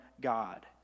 God